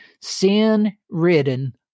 sin-ridden